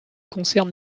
concerne